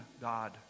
God